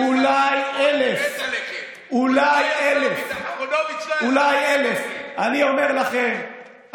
אולי 1,000. אהרונוביץ' אולי 1,000. אני אומר לכם,